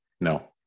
no